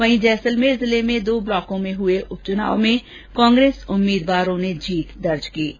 वहीं जैसलमेर जिले में दो ब्लाकों में हुए उपचुनाव में कांग्रेस उम्मीदवारों ने जीत हासिल की ै